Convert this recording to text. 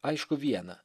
aišku viena